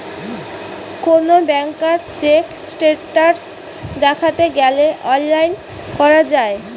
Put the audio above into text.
কোন ব্যাংকার check status দ্যাখতে গ্যালে অনলাইন করা যায়